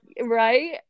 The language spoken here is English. right